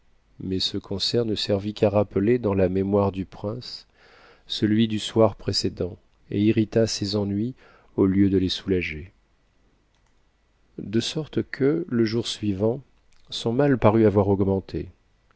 mais ce concert ne servit qu'à rappeler dans la mémoire du prince celui du soir précédent et irrita ses ennuis au lieu de les soulager de sorte que le jour suivant son mal parut avoir augmenté